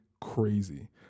crazy